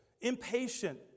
Impatient